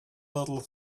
little